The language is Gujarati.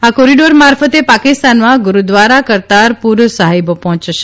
આ કોરીડોર મારફતે પાકિસ્તાનમાં ગુરદ્વારા કરતારપુર સાહિબ પહોયોશે